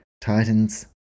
Titans